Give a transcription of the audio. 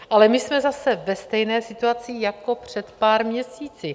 Ale my jsme zase ve stejné situaci jako před pár měsíci.